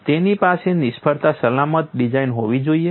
તેની પાસે નિષ્ફળ સલામત ડિઝાઇન હોવી જોઈએ